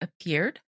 appeared